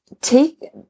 take